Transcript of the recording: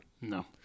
No